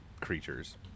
creatures